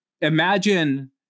imagine